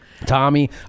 Tommy